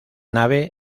nave